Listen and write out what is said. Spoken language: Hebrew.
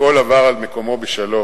הכול בא על מקומו בשלום.